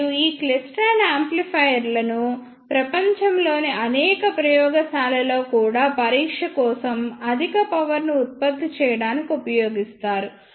మరియు ఈ క్లైస్ట్రాన్ యాంప్లిఫైయర్లను ప్రపంచంలోని అనేక ప్రయోగశాలలలో కూడా పరీక్ష కోసం అధిక పవర్ ను ఉత్పత్తి చేయడానికి ఉపయోగిస్తారు